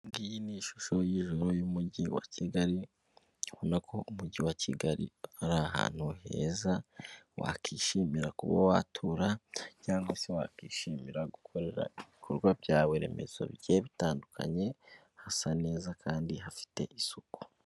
Iyi ni ishusho y'ijuru y'umujyi wa Kigali urabona ko umujyi wa Kigali ari ahantu heza wakwishimira kuba watura cyangwa se wakwishimira gukorera ibikorwa byawe remezo bigiye bitandukanye hasa neza kandi hafite isuku.